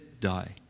die